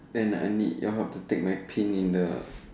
then I need your help to take my pin in the